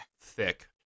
thick